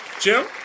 Jim